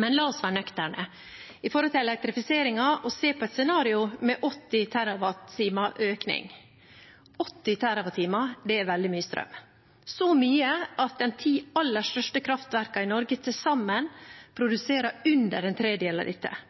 Men la oss være nøkterne i forhold til elektrifiseringen og se på et scenario med 80 TWh økning. 80 TWh er veldig mye strøm, så mye at de aller største kraftverkene i Norge til sammen produserer under en